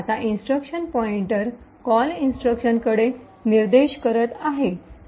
आता instruction pointer call instruction कडे निर्देश करीत आहे